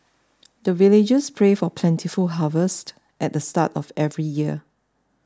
the villagers pray for plentiful harvest at the start of every year